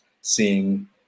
seeing